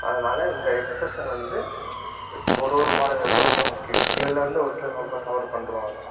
அதனால் இந்த எக்ஸ்ப்ரஷன் வந்து ஒரு ஒரு பாடகருக்கும் ரொம்ப முக்கியம் இதில் வந்து ஒரு சிலர் ரொம்ப தவறு பண்ணிட்ருவாங்க